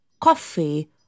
coffee